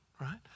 right